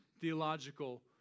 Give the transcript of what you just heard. theological